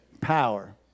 Power